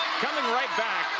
coming right back,